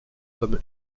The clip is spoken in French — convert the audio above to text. comme